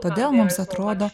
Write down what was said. todėl mums atrodo